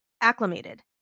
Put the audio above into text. acclimated